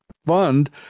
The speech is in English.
Fund